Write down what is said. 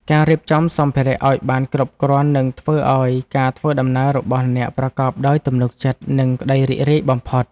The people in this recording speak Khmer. ការរៀបចំសម្ភារៈឱ្យបានគ្រប់គ្រាន់ នឹងធ្វើឱ្យការធ្វើដំណើររបស់អ្នកប្រកបដោយទំនុកចិត្ត និងក្ដីរីករាយបំផុត។